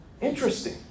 Interesting